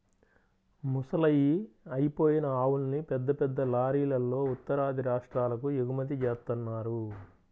ముసలయ్యి అయిపోయిన ఆవుల్ని పెద్ద పెద్ద లారీలల్లో ఉత్తరాది రాష్ట్రాలకు ఎగుమతి జేత్తన్నారు